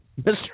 Mr